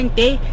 day